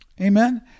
Amen